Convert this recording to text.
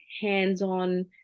hands-on